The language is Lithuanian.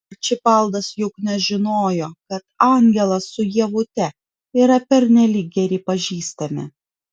arčibaldas juk nežinojo kad angelas su ievute yra pernelyg geri pažįstami